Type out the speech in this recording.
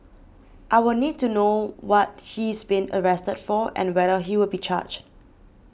I will need to know what he's been arrested for and whether he will be charged